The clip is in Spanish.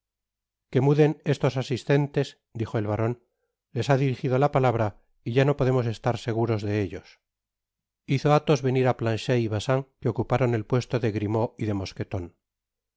que muden estos asistentes dijo el baron les ha dirigido la palabra y ya no podemos estar seguros de ellos hizo athos venir á planchet y bacin que ocuparon el puesto de grimaud y de mosqueton